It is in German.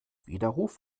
widerruf